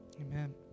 Amen